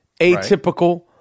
Atypical